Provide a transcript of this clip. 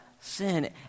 sin